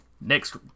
next